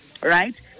right